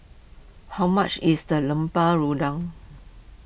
how much is the Lemper Udang